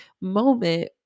moment